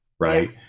Right